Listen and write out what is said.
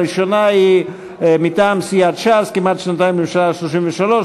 הראשונה היא מטעם סיעת ש"ס: כמעט שנתיים לממשלה ה-33,